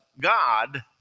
God